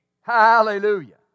Hallelujah